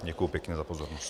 Děkuji pěkně za pozornost.